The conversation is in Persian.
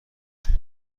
کنیم